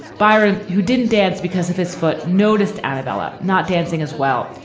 byron, who didn't dance because of his foot, noticed anabella not dancing as well.